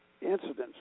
incidents